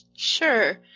Sure